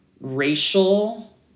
racial